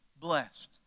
blessed